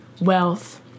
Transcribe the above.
wealth